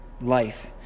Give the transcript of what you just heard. life